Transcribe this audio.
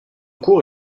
cours